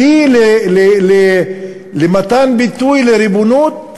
כלי למתן ביטוי לריבונות?